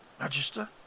Magister